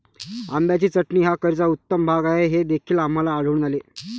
आंब्याची चटणी हा करीचा उत्तम भाग आहे हे देखील आम्हाला आढळून आले